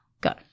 Go